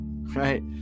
right